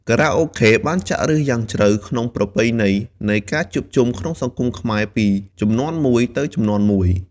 ខារ៉ាអូខេបានចាក់ឫសយ៉ាងជ្រៅក្នុងប្រពៃណីនៃការជួបជុំក្នុងសង្គមខ្មែរពីមួយជំនាន់ទៅមួយជំនាន់។